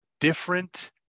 Different